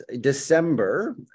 December